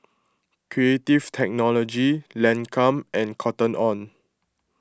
Creative Technology Lancome and Cotton on